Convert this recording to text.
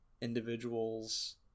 individuals